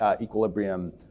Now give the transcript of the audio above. equilibrium